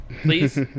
Please